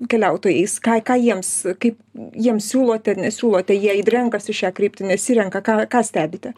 keliautojais ką ką jiems kaip jiems siūlote siūlote jie renkasi šią kryptį nesirenka ką ką stebite